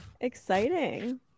Exciting